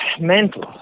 Mental